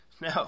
No